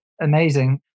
amazing